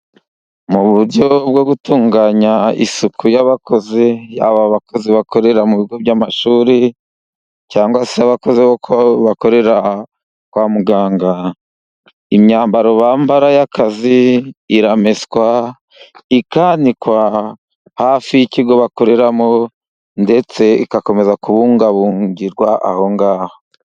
Mu buryo bwo gutunganya isuku y'abakozi, yaba abakozi bakorera mu bigo by'amashuri, cyangwa se abakozi bakorera kwa muganga, imyambaro bambara y'akazi irameswa, ikanikwa hafi y'ikigo bakoreramo, ndetse igakomeza kubungabungirwa aho ngaho.